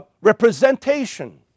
representation